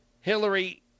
Hillary